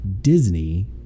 Disney